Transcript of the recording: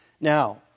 Now